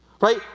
Right